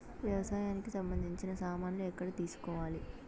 వ్యవసాయానికి సంబంధించిన సామాన్లు ఎక్కడ తీసుకోవాలి?